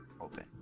open